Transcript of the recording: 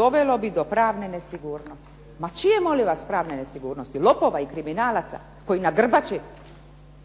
dovelo bi do pravne nesigurnosti. Ma čije molim vas pravne nesigurnosti? Lopova i kriminalaca koji na grbači